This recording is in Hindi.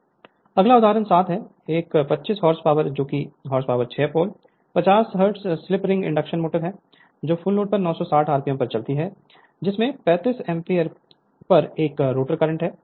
Refer Slide Time 2139 अगला उदाहरण 7 है एक 25 hp जो कि horse power 6 pole 50 hertz slip ring induction motor है जो फुल लोड पर 960 आरपीएम पर चलती है जिसमें 35 एम्पीयर पर एक रोटर करंट होता है